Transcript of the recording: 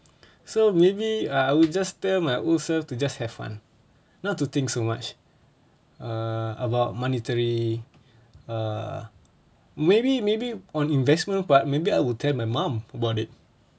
so maybe I will just tell my old self to just have fun not to think so much err about monetary err maybe maybe on investment but maybe I will tell my mum about it